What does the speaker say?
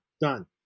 done